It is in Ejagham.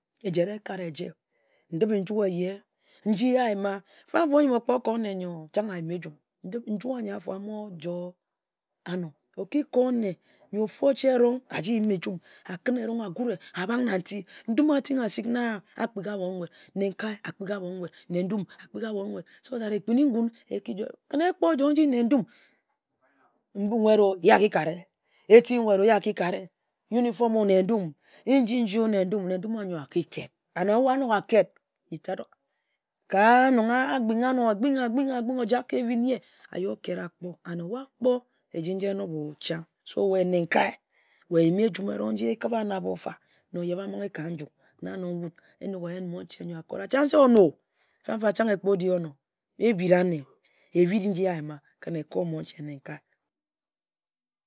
Ejen ekat ejie, ndip-nju ehye, nji yee ayim-a. Fam-fa, o-yim okpo ko nne yor chang ayima-ejum ndip-nju a-mojoi anor. O-ki ko nne yor ofu o-chie, aji yim-a-jum akǝn erong agu-re, a-bak na nti. Ndum ating asik a-kpi-a-abon nwut. Nenkae a-kpi-abon nwut, ne-ndum a-kpi-a abon nwut so that ekpin-ni ngun eki-joi. Kǝn ekpo r-joi nji ne-ndum, nwut-o, ye a-ki-kare, eti-nwut-o ye a-ki-kare uniform-o, ne-ndu m nji-nji-o ne-ndum ne-ndum a-yor a-ki kǝt and o-bu a-nok a-kǝt ka a-ki-ji ka ebhin, agbin-agbin-agbin a-kpo gbin-no-a, a kǝt and o-bu akpor eji enob-o-chang. So, we nenkae, we eyim-ejum erong nji eke-ba-na, bofa na oyeba-mbing ka nju ako-ra. Chang se onor-o, chang ekpe-odi onor ehbira nne, ehbiri mon-che nenkae na nji-a yim-a.